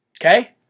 Okay